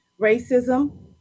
racism